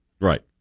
Right